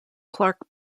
clark